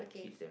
okay